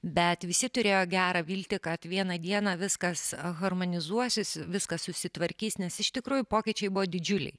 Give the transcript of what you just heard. bet visi turėjo gerą viltį kad vieną dieną viskas harmonizuosis viskas susitvarkys nes iš tikrųjų pokyčiai buvo didžiuliai